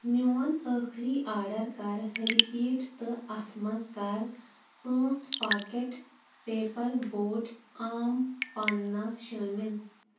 میون ٲخری آرڈر کَر رِپیٖٹ تہٕ اَتھ منٛز کَر پانٛژھ پاکٮ۪ٹ پیپر بوٹ آم پنٛنا شٲمِل